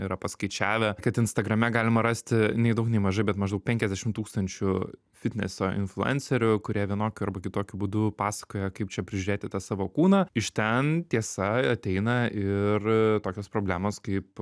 yra paskaičiavę kad instagrame galima rasti nei daug nei mažai bet maždaug penkiasdešimt tūkstančių fitneso influencerių kurie vienokiu arba kitokiu būdu pasakoja kaip čia prižiūrėti tą savo kūną iš ten tiesa ateina ir tokios problemos kaip